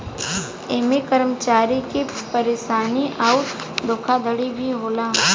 ऐमे कर्मचारी के परेशानी अउर धोखाधड़ी भी होला